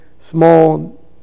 small